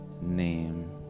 name